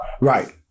Right